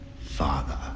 father